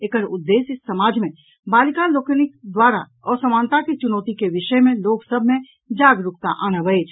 एकर उद्देश्य समाज मे बालिका लोकनि द्वारा असमानता के चुनौती के विषय मे लोक सभ मे जागरूकता आनब अछि